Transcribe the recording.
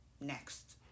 next